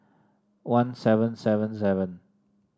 one seven seven seven